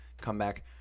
comeback